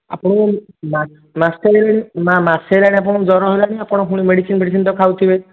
ଆପଣଙ୍କୁ ମା' ମାସେ ହେଲାଣି ମା' ମାସେ ହେଲାଣି ଆପଣଙ୍କୁ ଜ୍ଵର ହେଲାଣି ଆପଣ ପୁଣି ମେଡ଼ିସିନ୍ ଫେଡିସିନ୍ ତ ଖାଉଥିବେ